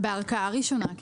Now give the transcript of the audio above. כן, בערכאה ראשונה.